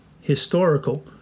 historical